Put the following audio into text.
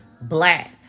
black